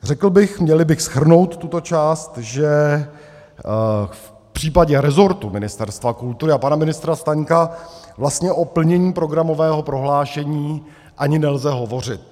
Řekl bych, mělli bych shrnout tuto část, že v případě rezortu Ministerstva kultury a pana ministra Staňka vlastně o plnění programového prohlášení ani nelze hovořit.